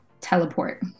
teleport